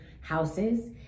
houses